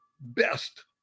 best